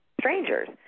strangers